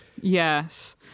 yes